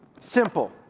Simple